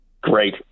Great